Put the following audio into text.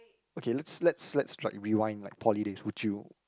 okay let's let's let's like rewind like poly days would you